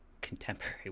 contemporary